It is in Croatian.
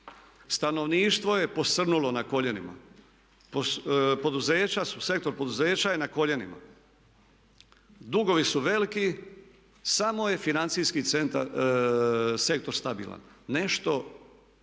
Stanovništvo je posrnulo na koljenima, poduzeća, sektor poduzeća je na koljenima, dugovi su veliki samo je financijski sektor stabilan, "Nešto